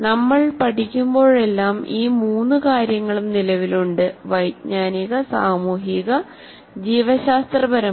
നമ്മൾ പഠിക്കുമ്പോഴെല്ലാം ഈ മൂന്നു കാര്യങ്ങളും നിലവിലുണ്ട് വൈജ്ഞാനിക സാമൂഹിക ജീവശാസ്ത്രപരമായ